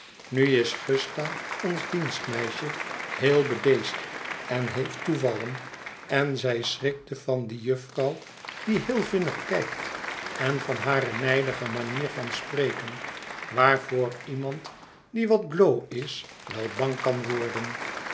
nu is gusta ons dienstmeisje heel bedeesd en heeft toevallen en zij schrikte van die jufvrouw die heel vinnig kijkt en van hare nijdige manier van spreken waarvoor iemand die wat bloo is wel bang kan worden